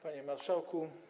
Panie Marszałku!